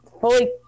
fully